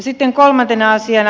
sitten kolmantena asiana